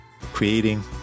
creating